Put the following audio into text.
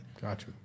Gotcha